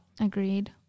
Agreed